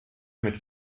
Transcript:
mit